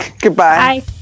Goodbye